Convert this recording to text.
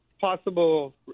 possible